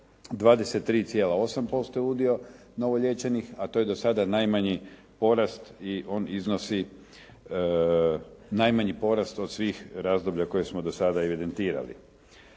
23,8% je udio novo liječenih, a to je do sada najmanji porast i on iznosi najmanji porast od svih razdoblja koje smo do sada evidentirali.